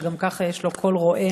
שגם ככה יש לו קול רועם.